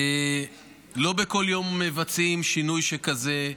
לא בכל יום מבצעים שינוי שכזה,